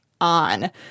on